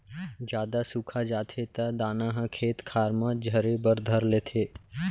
जादा सुखा जाथे त दाना ह खेत खार म झरे बर धर लेथे